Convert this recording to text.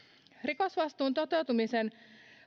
rikosvastuun toteutumisen